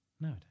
No